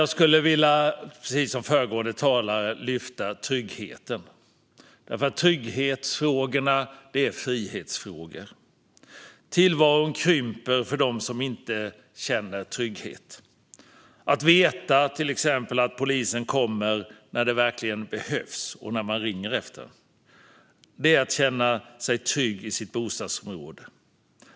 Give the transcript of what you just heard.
Jag skulle precis som föregående talare vilja lyfta fram tryggheten eftersom trygghetsfrågor är frihetsfrågor. Tillvaron krymper för dem som inte känner trygghet. Att veta till exempel att polisen kommer när den verkligen behövs och när man ringer efter den är att känna sig trygg i sitt bostadsområde.